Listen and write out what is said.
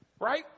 right